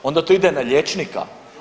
Onda to ide na liječnika?